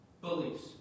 beliefs